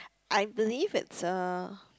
I believe it's uh